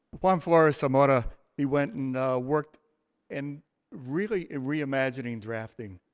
juan flores-zamora he went and worked and really reimagining drafting.